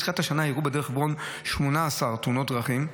מתחילת השנה אירעו בדרך חברון 18 תאונות דרכים,